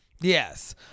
Yes